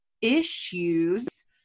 issues